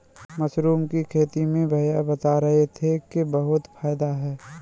mushroom की खेती में भैया बता रहे थे कि बहुत फायदा है